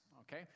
Okay